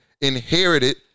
inherited